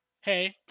Hey